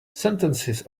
sentences